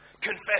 confess